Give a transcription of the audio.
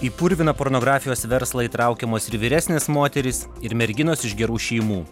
į purviną pornografijos verslą įtraukiamos ir vyresnės moterys ir merginos iš gerų šeimų